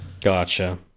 Gotcha